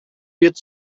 wird